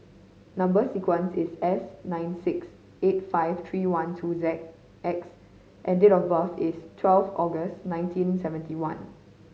number sequence is S nine six eight five three one two Z X and date of birth is twelve August nineteen seventy one